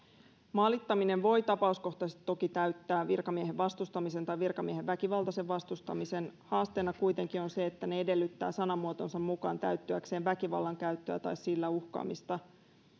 maalittaminen voi tapauskohtaisesti toki täyttää virkamiehen vastustamisen tai virkamiehen väkivaltaisen vastustamisen haasteena kuitenkin on se että ne edellyttävät sanamuotonsa mukaan täyttyäkseen väkivallan käyttöä tai sillä uhkaamista